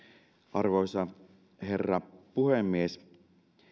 arvoisa herra puhemies